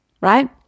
right